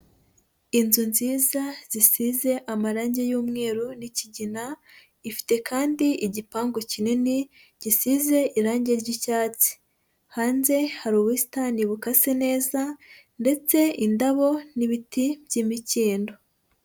Inzu nziza zisize amarange y'umweru n'ikigina, ifite kandi igipangu kinini gisize irange ry'icyatsi, hanze hari ubusitani bukase neza ndetse indabo n'ibiti by'imikindo.